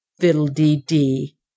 Fiddle-dee-dee